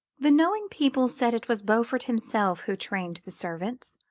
the knowing people said it was beaufort himself who trained the servants,